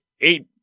eight-